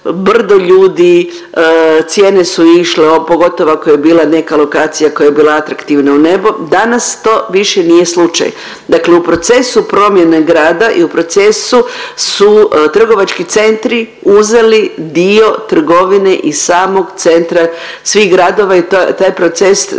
brdo ljudi, cijene su išle pogotovo ako je bila neka lokacija koja je bila atraktivna u nebo, danas to više nije slučaj. Dakle, u procesu promjene grada i u procesu su trgovački centri uzeli dio trgovine iz samo centra svih gradova i taj proces su prošli